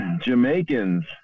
Jamaicans